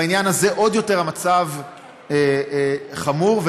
בעניין הזה המצב חמור עוד יותר,